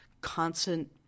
constant